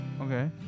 Okay